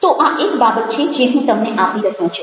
તો આ એક બાબત છે જે હું તમને આપી રહ્યો છું